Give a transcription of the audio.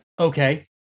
okay